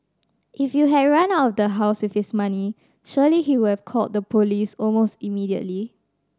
if you had run out of the house with his money surely he would have called the police almost immediately